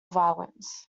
violence